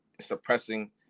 suppressing